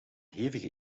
hevige